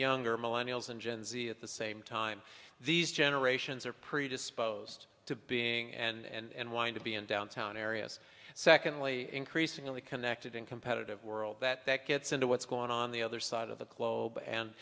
younger millennial zinj and z at the same time these generations are predisposed to being and wanting to be in downtown areas secondly increasingly connected in competitive world that that gets into what's going on the other side of the globe